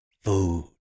Food